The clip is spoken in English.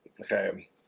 okay